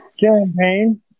Champagne